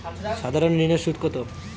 সাধারণ ঋণের সুদ কত?